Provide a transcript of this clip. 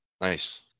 Nice